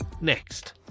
Next